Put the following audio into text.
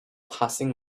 passing